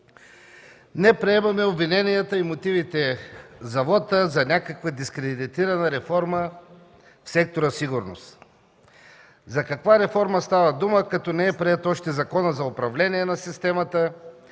Не приемаме обвиненията и мотивите за вота, за някаква дискредитирана реформа в сектора „Сигурност”. За каква реформа става дума, като не е приет закон за управление на системата